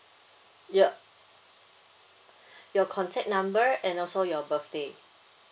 yup your contact number and also your birthday